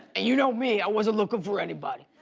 you know me, i wasn't looking for anybody.